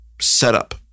setup